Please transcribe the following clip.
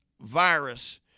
virus